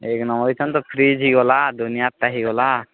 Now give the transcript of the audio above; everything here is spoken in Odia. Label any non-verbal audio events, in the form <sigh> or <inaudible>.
ଏ <unintelligible> ଏଛନ୍ ତ ଫ୍ରିଜ୍ ଗଲା ଦୁନିଆ ଟା ହେଇଗଲା